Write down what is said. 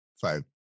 five